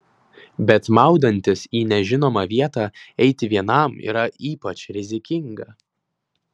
bet maudantis į nežinomą vietą eiti vienam yra ypač rizikinga